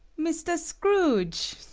mr. scrooge.